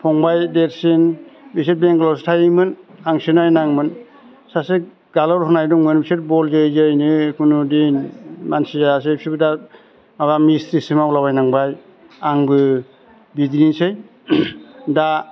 फंबाइ देरसिन बिसोर बेंगालरावसो थायोमोन आंसो नायनाङोमोन सासे गालर होननाय दंमोन बिसोर बल जोयै जोयैनो खुनु दिन मानसि जायासै बिसोरबो दा माबा मिथ्रिसो मावला बायनांबाय आंबो बिदिनोसै दा